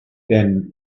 then